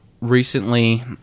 recently